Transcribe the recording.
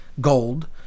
gold